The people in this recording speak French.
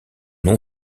nom